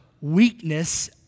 weakness